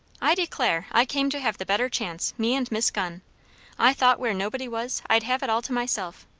i declare! i came to have the better chance, me and miss gunn i thought where nobody was, i'd have it all to myself.